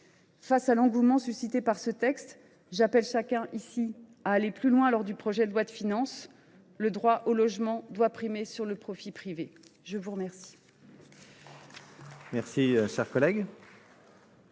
Face à l’engouement suscité par ce texte, j’appelle chacun ici à aller plus loin lors de l’examen du projet de loi de finances. Le droit au logement doit l’emporter sur le profit privé. Conformément